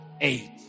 eight